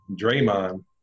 Draymond